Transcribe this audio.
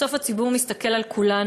בסוף הציבור מסתכל על כולנו,